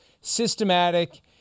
systematic